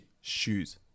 shoes